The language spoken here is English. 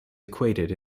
equated